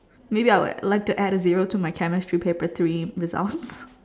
maybe I would like to add a zero to my chemistry paper three results